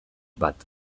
bat